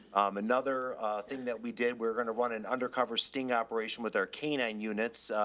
another thing that we did, we're going to run an undercover sting operation with our canine units.